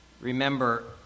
Remember